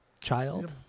child